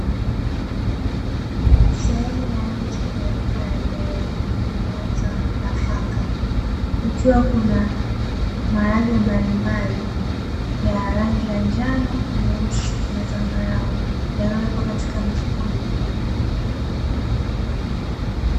Sehemu ya nje la duka la rejareja linalouza nafaka kukiwa kuna maharage mbalimbali ya rangi ya njano, nyeusi na zambarau, yaliyowekwa kwenye mifuko mikubwa.